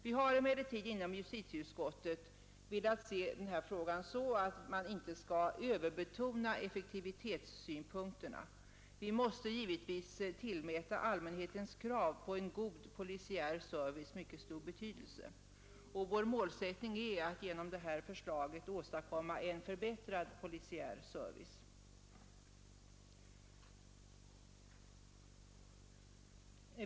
Vi har emellertid inom justitieutskottet velat se denna fråga så, att man inte skall överbetona effektivitetssynpunkterna. Vi måste givetvis tillmäta allmänhetens krav på en god polisiär service mycket stor betydelse, och vår målsättning är att genom det förslag vi framlägger åstadkomma en förbättrad polisiär service.